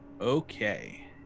Okay